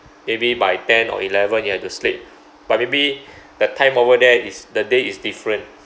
maybe by ten or eleven you have to sleep but maybe the time over there is the day is different